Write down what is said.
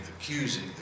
accusing